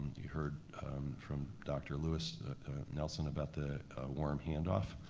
you heard from dr. lewis nelson about the warm handoff.